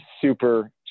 super